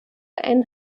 ein